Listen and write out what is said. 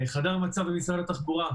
חדר המצב במשרד התחבורה,